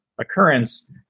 occurrence